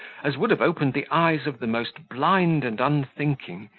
as would have opened the eyes of the most blind and unthinking,